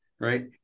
right